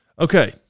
Okay